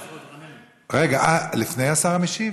רגע, לפני השר המשיב,